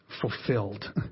fulfilled